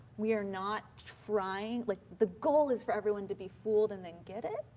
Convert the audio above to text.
we are not trying. like the goal is for everyone to be fooled and then get it,